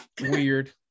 weird